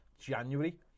January